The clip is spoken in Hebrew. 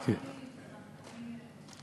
לא, לא, אני, כן, בבקשה.